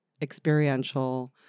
experiential